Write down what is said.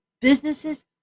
businesses